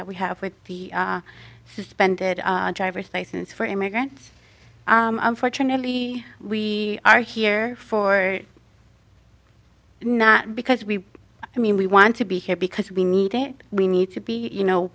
that we have with the suspended driver's license for immigrants unfortunately we are here for it not because we i mean we want to be here because we need it we need to be you know